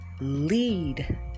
lead